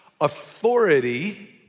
Authority